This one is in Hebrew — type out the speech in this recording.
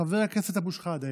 חבר הכנסת סמי אבו שחאדה,